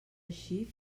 eixir